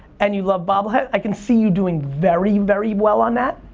and you love bobble head, i can see you doing very, very well on that.